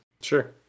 Sure